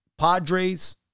Padres